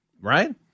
Right